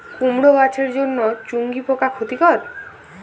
কুমড়ো গাছের জন্য চুঙ্গি পোকা ক্ষতিকর?